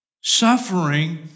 Suffering